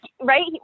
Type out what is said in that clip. right